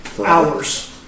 Hours